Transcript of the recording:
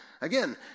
again